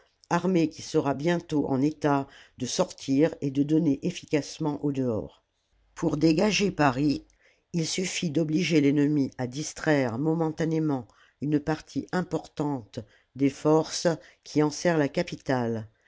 armée qui sera bientôt en état de sortir et de donner efficacement au dehors pour dégager paris il suffit d'obliger l'ennemi à distraire momentanément une partie importante des forces qui enserrent la capitale